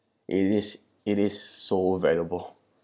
it is it is so valuable